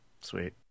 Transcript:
sweet